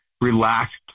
relaxed